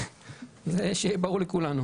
ברור לכולנו